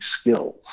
skills